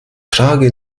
frage